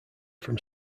from